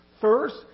First